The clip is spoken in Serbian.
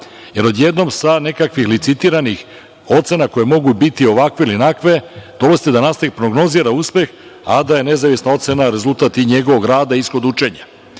jer odjednom sa nekakvih licitiranih ocena koje mogu biti ovakve ili onakve, dolazite da nastavnik prognozira uspeh, a da je nezavisna ocena rezultat i njegovog rada ishod učenja